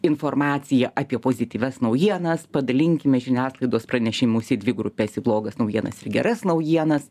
informaciją apie pozityvias naujienas padalinkime žiniasklaidos pranešimus į dvi grupes į blogas naujienas ir geras naujienas